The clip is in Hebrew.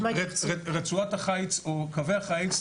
רצועת החיץ או קווי החיץ,